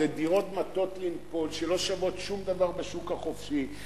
אלה דירות מטות לנפול שלא שוות שום דבר בשוק החופשי.